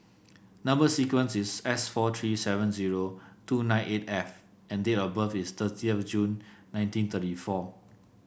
number sequence is S four three seven zero two nine eight F and date of birth is thirty of June nineteen thirty four